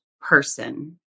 person